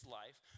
life